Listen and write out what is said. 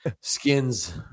Skins